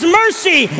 mercy